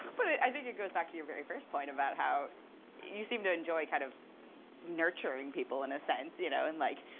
but i think it goes back to your very first point about how you seem to enjoy kind of nurturing people, in a sense. you know? and like,